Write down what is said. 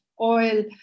oil